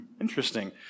interesting